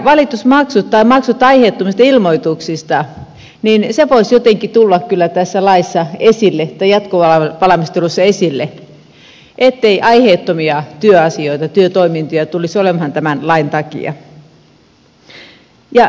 valitusmaksut tai maksut aiheettomista ilmoituksista voisivat jotenkin tulla kyllä tässä laissa esille tai jatkovalmistelussa esille ettei aiheettomia työasioita työtoimintoja tulisi olemaan tämän lain takia